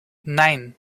nine